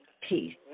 Peace